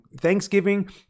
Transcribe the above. Thanksgiving